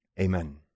Amen